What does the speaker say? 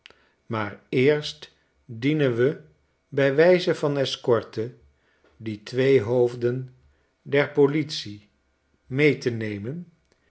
maar eerst dienen we bij wijze van escorte die twee hoofden der politie mee te nemen